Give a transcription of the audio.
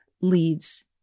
leads